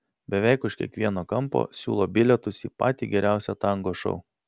beveik už kiekvieno kampo siūlo bilietus į patį geriausią tango šou